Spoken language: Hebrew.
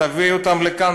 תביאו אותם לכאן,